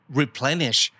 replenish